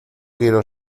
quiero